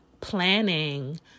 planning